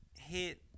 hit